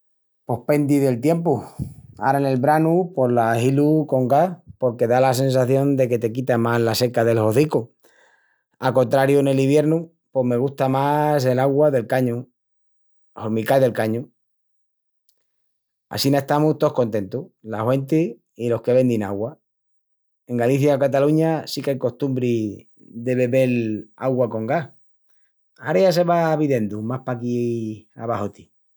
Pos pendi del tiempu. Ara nel branu pos la hilu con gas porque dá la sensación de que te quita más la seca del hozicu. A contrariu, nel iviernu pos me gusta más el augua del cañu, hormi cai del cañu. Assina estamus tous contentus, las huentis i los que vendin augua. En Galicia o Cataluña sí qu'ai costumbri de bebel augua con gas. Ara ya se va videndu más paquí abaxoti.